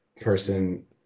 person